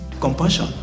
Compassion